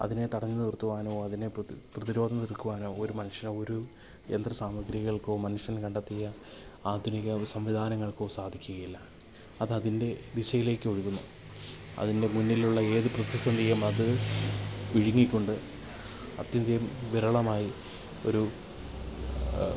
അതിനെ തടഞ്ഞ് നിർത്തുവാനോ അതിനെ പ്രതി പ്രതിരോധം നിൽക്കുവാനോ ഒരു മനുഷ്യനോ ഒരു യന്ത്ര സാമഗ്രികൾക്കോ മനുഷ്യൻ കണ്ടെത്തിയ ആധുനിക സംവിധാനങ്ങൾക്കോ സാധിക്കുകയില്ല അത് അതിന്റെ ദിശയിലേക്ക് ഒഴുകുന്നു അതിനുള്ള മുന്നിലുള്ള ഏത് പ്രതിസന്ധിയും അത് വിഴുങ്ങിക്കൊണ്ട് അത്യന്ത്യം വിരളമായി ഒരു